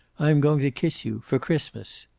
i am going to kiss you for christmas.